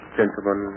gentlemen